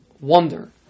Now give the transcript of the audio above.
Wonder